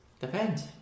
depends